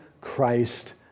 Christ